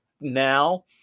now